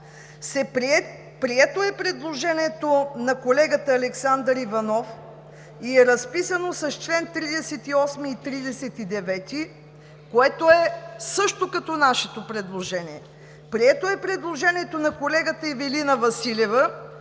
прието е предложението на колегата Александър Иванов и е разписано с чл. 38 и 39, което е същото като нашето предложение. Прието е предложението на колегата Ивелина Василева